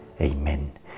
Amen